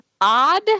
odd